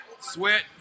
Sweat